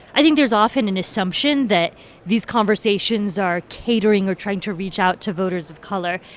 i think there's often an assumption that these conversations are catering or trying to reach out to voters of color.